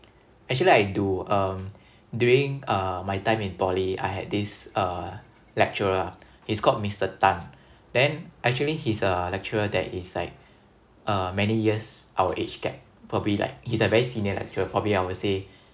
actually I do um during uh my time in poly I had this uh lecturer lah he's called mister tan then actually he's a lecturer that is like uh many years our age gap probably like he's a very senior lecturer probably I would say